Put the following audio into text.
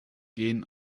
gehen